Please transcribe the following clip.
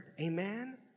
Amen